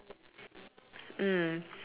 mine has a roof ah and then it's like just brownish